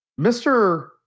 Mr